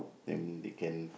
then they can